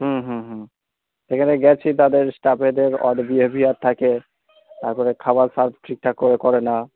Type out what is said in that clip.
হুম হুম হুম সেখানে গেছি তাদের স্টাফেদের অড বিহেভিয়ার থাকে তারপরে খাবার সার্ভ ঠিকঠাক করে করে না